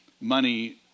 money